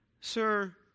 sir